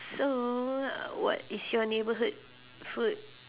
so what is your neighbourhood food